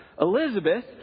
Elizabeth